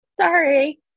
sorry